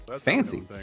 fancy